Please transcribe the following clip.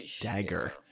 dagger